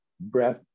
breath